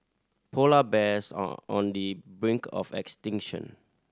polar bears are on the brink of extinction